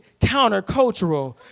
countercultural